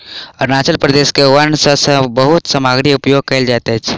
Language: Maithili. अरुणाचल प्रदेश के वन सॅ बहुत सामग्री उपयोग कयल जाइत अछि